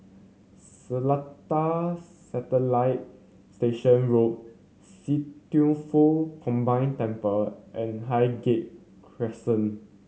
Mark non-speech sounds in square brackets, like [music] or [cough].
Seletar Satellite Station Road See [unintelligible] Foh Combined Temple and Highgate Crescent